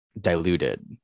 diluted